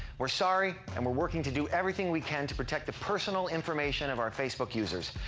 we're sorry. and we're working to do everything we can to protect the personal information of our facebook users,